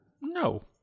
No